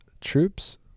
troops